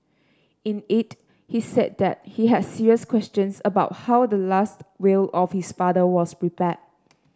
in it he said that he had serious questions about how the last will of his father was prepared